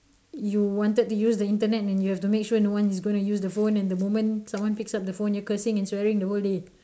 you wanted to use the internet and you have to make sure no one is going to use the phone and the moment someone picks up the phone you cursing and swearing the whole day